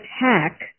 attack